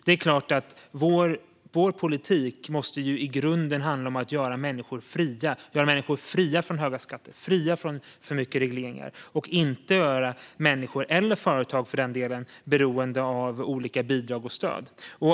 Det är klart att vår politik i grunden måste handla om att göra människor fria - fria från höga skatter och fria från för mycket regleringar - och inte göra människor eller företag beroende av olika bidrag och stöd.